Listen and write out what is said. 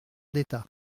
d’état